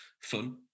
fun